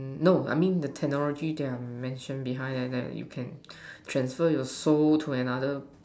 no I mean the technology that I mention behind that that you can transfer your soul to another